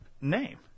name